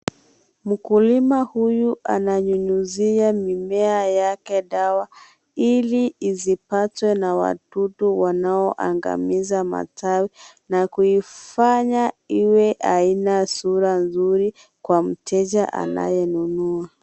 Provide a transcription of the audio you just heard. Mkulima huyu, ananyunyiza mimea yake dawa, ili isipatwe na wadudu wanaoangalia matawi na kuifanya iwe haina sura nzuri kwa mteja anayenunua.